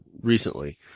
recently